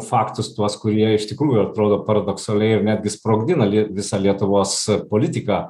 faktus tuos kurie iš tikrųjų atrodo paradoksaliai netgi sprogdina visą lietuvos politiką